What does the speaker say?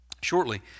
shortly